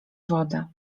wodę